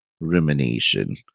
rumination